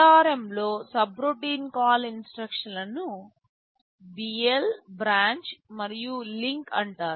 ARM లో subroutine call instruction లను BL branch మరియు లింక్ అంటారు